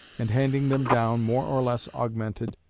and handing them down, more or less augmented,